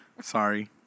Sorry